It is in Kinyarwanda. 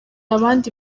abandi